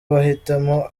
bahitamo